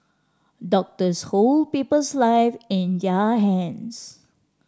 doctors hold people's live in their hands